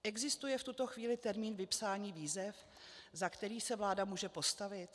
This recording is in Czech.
Existuje v tuto chvíli termín vypsání výzev, za který se vláda může postavit?